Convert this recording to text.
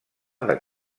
del